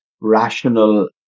rational